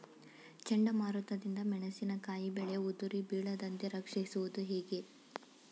ಚಂಡಮಾರುತ ದಿಂದ ಮೆಣಸಿನಕಾಯಿ ಬೆಳೆ ಉದುರಿ ಬೀಳದಂತೆ ರಕ್ಷಿಸುವುದು ಹೇಗೆ?